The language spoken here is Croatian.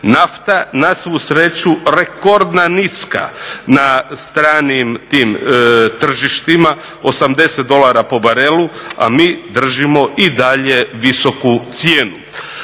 Nafta na svu sreću rekordna, niska na stranim tim tržištima 80 dolara po barelu a mi držimo i dalje visoku cijenu.